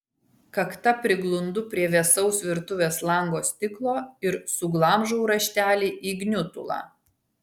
kakta priglundu prie vėsaus virtuvės lango stiklo ir suglamžau raštelį į gniutulą